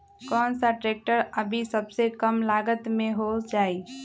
कौन सा ट्रैक्टर अभी सबसे कम लागत में हो जाइ?